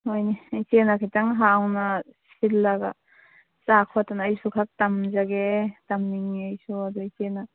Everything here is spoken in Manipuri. ꯍꯣꯏꯅꯦ ꯏꯆꯦꯅ ꯈꯤꯇꯪ ꯍꯥꯎꯅ ꯁꯤꯜꯂꯒ ꯆꯥ ꯈꯣꯠꯇꯅ ꯑꯩꯁꯨ ꯈꯔ ꯇꯝꯖꯒꯦ ꯇꯝꯅꯤꯡꯉꯦ ꯑꯩꯁꯨ ꯑꯗꯣ ꯏꯆꯦꯅ